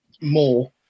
more